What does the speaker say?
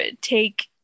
take